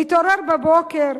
להתעורר בבוקר,